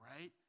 right